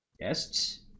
guests